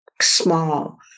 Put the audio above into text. small